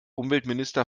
umweltminister